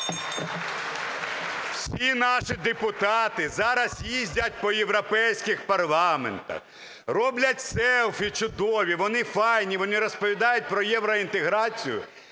всі наші депутати зараз їздять по європейських парламентах, роблять селфі чудові. Вони файні, вони розповідають про євроінтеграцію.